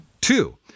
Two